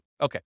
Okay